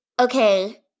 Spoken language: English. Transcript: okay